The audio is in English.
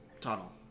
tunnel